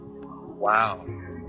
Wow